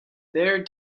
their